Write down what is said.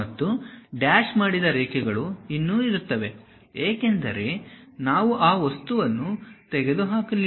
ಮತ್ತು ಡ್ಯಾಶ್ ಮಾಡಿದ ರೇಖೆಗಳು ಇನ್ನೂ ಇರುತ್ತವೆ ಏಕೆಂದರೆ ನಾವು ಆ ವಸ್ತುವನ್ನು ತೆಗೆದುಹಾಕಲಿಲ್ಲ